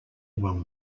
will